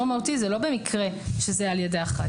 המהותי הוא לא בקרה שזה על ידי אחראי.